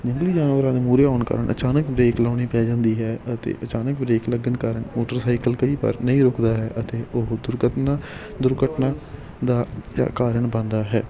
ਜੰਗਲੀ ਜਾਨਵਰਾਂ ਦੇ ਮੁਹਰੇ ਆਉਣ ਕਰਨ ਅਚਾਨਕ ਬਰੇਕ ਲਾਉਣੀ ਪੈ ਜਾਂਦੀ ਹੈ ਅਤੇ ਅਚਾਨਕ ਬਰੇਕ ਲੱਗਣ ਕਾਰਨ ਮੋਟਰਸਾਈਕਲ ਕਈ ਵਾਰ ਨਹੀਂ ਰੁਕਦਾ ਹੈ ਅਤੇ ਉਹ ਦੁਰਘਟਨਾ ਦੁਰਘਟਨਾ ਦਾ ਕਾਰਨ ਬਣਦਾ ਹੈ